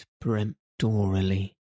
peremptorily